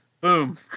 Boom